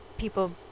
People